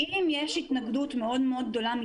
חשוב שנחדד בתקנות, למשל ב-9(4)(א)